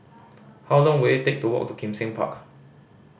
how long will it take to walk to Kim Seng Park